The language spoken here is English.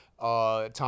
Tom